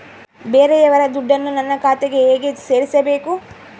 ಬೇರೆಯವರ ದುಡ್ಡನ್ನು ನನ್ನ ಖಾತೆಗೆ ಹೇಗೆ ಸೇರಿಸಬೇಕು?